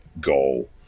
goal